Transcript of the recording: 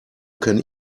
can